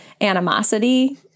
animosity